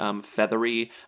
feathery